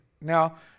Now